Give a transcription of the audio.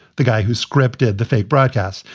the guy who scripted the fake broadcast.